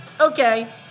Okay